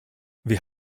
wir